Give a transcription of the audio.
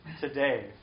today